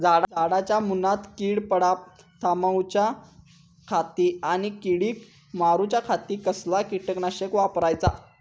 झाडांच्या मूनात कीड पडाप थामाउच्या खाती आणि किडीक मारूच्याखाती कसला किटकनाशक वापराचा?